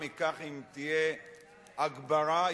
אם תהיה הגברה,